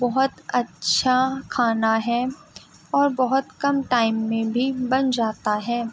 بہت اچّھا کھانا ہے اور بہت کم ٹائم میں بھی بن جاتا ہے